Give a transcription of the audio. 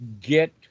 get